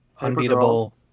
Unbeatable